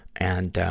and, ah,